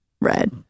Red